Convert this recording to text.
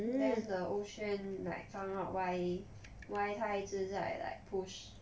then the 欧萱 like find out why why 他一直在 like push